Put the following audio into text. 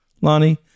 Lonnie